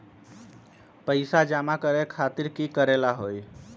पैसा जमा करे खातीर की करेला होई?